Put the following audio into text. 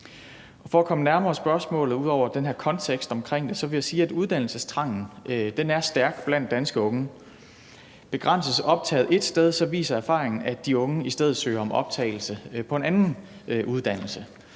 her kontekst omkring det vil jeg sige, at uddannelsestrangen er stærk blandt danske unge. Begrænses optaget ét sted, viser erfaringen, at de unge i stedet søger om optagelse på en anden uddannelse.